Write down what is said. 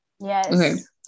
Yes